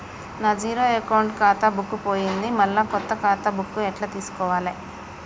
నా zero account ఖాతా book పోయింది మళ్ళా కొత్త ఖాతా బుక్కు ఎట్ల తీసుకోవాలే?